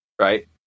right